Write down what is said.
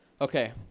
okay